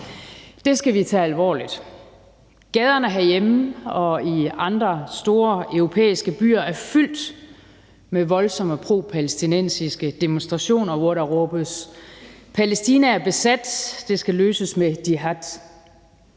Det skal vi tage alvorligt. Gaderne herhjemme og i andre store europæiske byer er fyldt med voldsomme propalæstinensiske demonstrationer, hvor der råbes: Palæstina er besat, det skal løses med jihad.